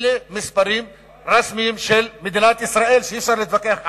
אלה מספרים רשמיים של מדינת ישראל שאי-אפשר להתווכח עליהם.